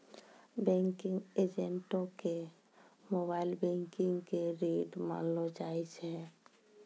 banking एजेंटो के mobile banking के रीढ़ मानलो जाय छै